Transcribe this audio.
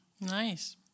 Nice